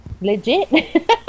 legit